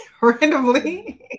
randomly